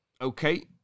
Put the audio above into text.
Okay